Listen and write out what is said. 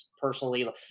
personally